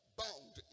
bound